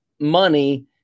money